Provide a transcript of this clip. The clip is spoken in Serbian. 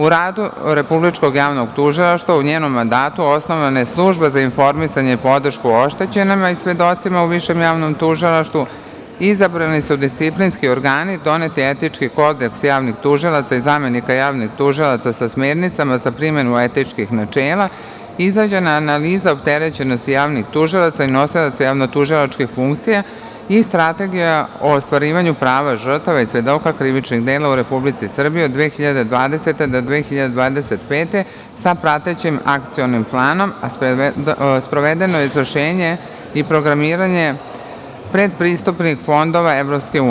U radu Republičkog javnog tužilaštva, u njenom mandatu, osnovana je Služba za informisanje i podršku oštećenome i svedocima u Višem javnom tužilaštvu, izabrani su disciplinski organi, donet je Etički kodeks javnih tužilaca i zamenika javnih tužilaca, sa smernicama za primenu etičkih načela, izrađena je analiza opterećenosti javnih tužilaca i nosilaca javno-tužilačkih funkcija i Strategija o ostvarivanju prava žrtava i svedoka krivičnih dela u Republici Srbiji od 2020. do 2025. godine, sa pratećim Akcionom planom, a sprovedeno je izvršenje i programiranje predpristupnih fondova EU.